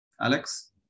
Alex